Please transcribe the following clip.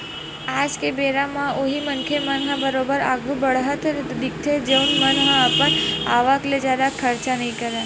आज के बेरा म उही मनखे मन ह बरोबर आघु बड़हत दिखथे जउन मन ह अपन आवक ले जादा खरचा नइ करय